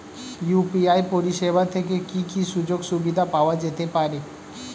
UPI পরিষেবা থেকে কি কি সুযোগ সুবিধা পাওয়া যেতে পারে?